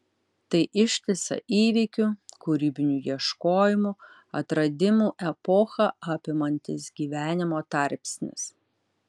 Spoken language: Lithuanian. tai ištisą įvykių kūrybinių ieškojimų atradimų epochą apimantis gyvenimo tarpsnis